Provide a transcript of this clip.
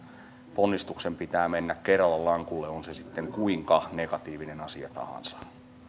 ponnistuksen pitää mennä kerralla lankulle on se sitten kuinka negatiivinen asia tahansa